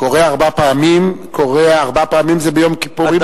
כורע ארבע פעמים, זה ביום כיפורים.